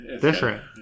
Different